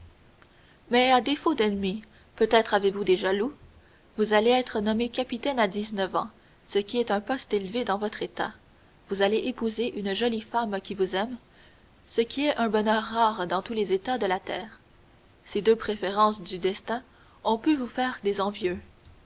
mais à défaut d'ennemis peut-être avez-vous des jaloux vous allez être nommé capitaine à dix-neuf ans ce qui est un poste élevé dans votre état vous allez épouser une jolie femme qui vous aime ce qui est un bonheur rare dans tous les états de la terre ces deux préférences du destin ont pu vous faire des envieux